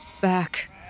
back